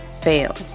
fail